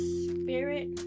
spirit